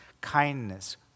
kindness